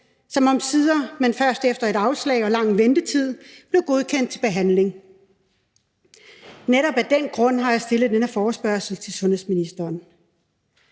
som omsider, men først efter et afslag og lang ventetid blev godkendt til behandling. Netop af den grund har jeg stillet denne forespørgsel til sundhedsministeren.